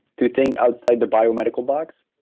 think outside the biomedical box,